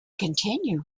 continue